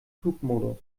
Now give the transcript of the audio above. flugmodus